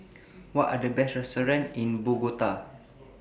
What Are The Best restaurants in Bogota